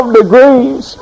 degrees